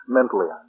Mentally